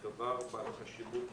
זה דבר בעל חשיבות גדולה,